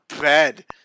bed